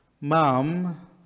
Mom